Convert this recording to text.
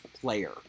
player